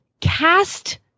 cast